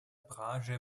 branche